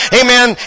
amen